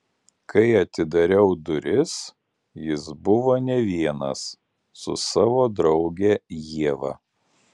kai atidariau duris jis buvo ne vienas su savo drauge ieva